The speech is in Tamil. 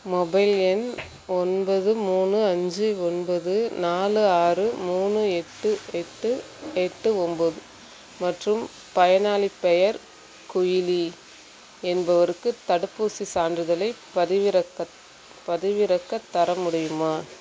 மொபைல் எண் ஒன்பது மூணு அஞ்சு ஒன்பது நாலு ஆறு மூணு எட்டு எட்டு எட்டு ஒம்போது மற்றும் பயனாளிப் பெயர் குயிலி என்பவருக்கு தடுப்பூசிச் சான்றிதழைப் பதிவிறக்க பதிவிறக்கத் தர முடியுமா